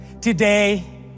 today